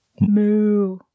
moo